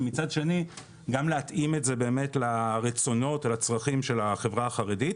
ומצד שני גם להתאים את זה לרצונות או לצרכים של החברה החרדית.